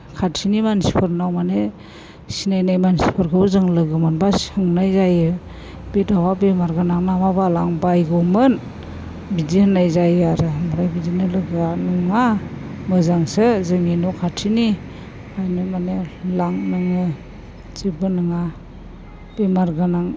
खाथिनि मानसिफोरनाव माने सिनायनाय मानसिफोरखौबो जों लोगो मोनब्ला सोंनाय जायो बे दाउआ बेमारगोनां ना मा बाल आं बायगौमोन बिदि होननाय जायो आरो ओमफ्राय बिदिनो लोगोआ नङा मोजांसो जोंनि न' खाथिनि ओंखायनो माने लां नोङो जेबो नङा बेमार गोनां